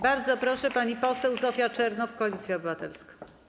Bardzo proszę, pani poseł Zofia Czernow, Koalicja Obywatelska.